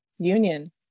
Union